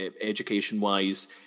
education-wise